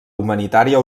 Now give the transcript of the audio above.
humanitària